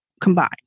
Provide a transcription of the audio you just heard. combined